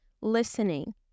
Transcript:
listening